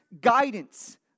guidance